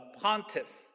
pontiff